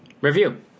Review